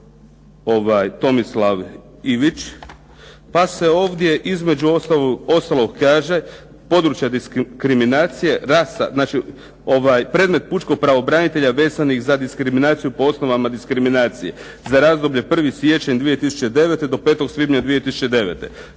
Tomislav Ivić, pa se ovdje između ostalog kaže područja diskriminacije rasa, znači predmet Pučkog pravobranitelja vezanih za diskriminaciju po osnovama diskriminacije za razdoblje 1. siječnja 2009. do 5. svibnja 2009.